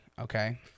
Okay